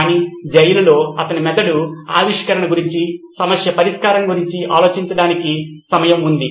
కానీ జైలులో అతని మెదడు ఆవిష్కరణ గురించి సమస్య పరిష్కారం గురించి ఆలోచించడానికి సమయం ఉంది